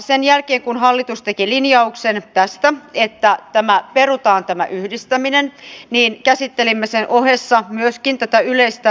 sen jälkeen kun hallitus teki linjauksen tästä että tämä yhdistäminen perutaan käsittelimme sen ohessa myöskin tätä yleistä asumistukea